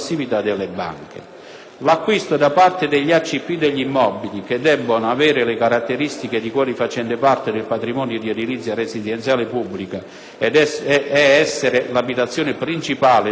L'acquisto da parte degli IACP degli immobili, che debbono avere le caratteristiche di quelli facenti parte del patrimonio di edilizia residenziale pubblica ed essere l'abitazione principale del mutuatario